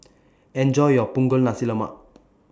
Enjoy your Punggol Nasi Lemak